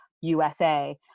USA